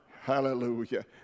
hallelujah